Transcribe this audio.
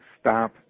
stop